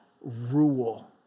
rule